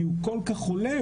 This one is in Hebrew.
כי הוא כל-כך חולה.